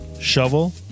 shovel